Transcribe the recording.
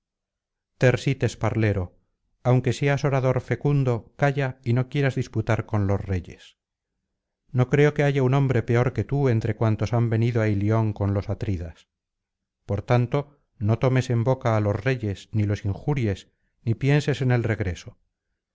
tersites parlero aunque seas orador lecundo calla y no quieras disputar con los reyes no creo que haya un hombre peor que tú entre cuantos han venido á ilion con los atridas por tanto no tomes en boca á los reyes ni los injuries ni pienses en el regreso